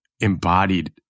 embodied